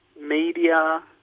media